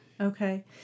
okay